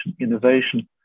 Innovation